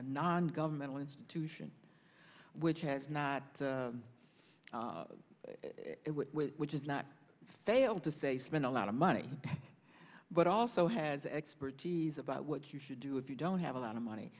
non governmental institution which has not which is not fail to say spent a lot of money but also has expertise about what you should do if you don't have a lot of money